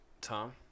tom